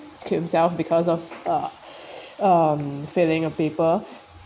kill himself because of ah um failing a paper